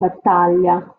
battaglia